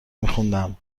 میخوندم